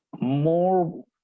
more